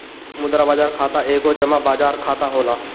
मुद्रा बाजार खाता एगो जमा बाजार खाता होला